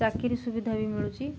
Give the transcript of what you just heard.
ଚାକିରି ସୁବିଧା ବି ମିଳୁଛି